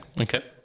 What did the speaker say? Okay